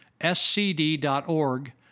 SCD.org